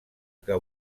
que